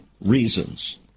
reasons